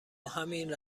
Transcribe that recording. همین